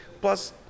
plus